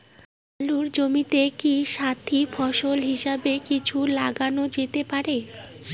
আলুর জমিতে কি সাথি ফসল হিসাবে কিছু লাগানো যেতে পারে?